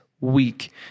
week